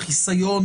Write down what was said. חיסיון